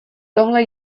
tohle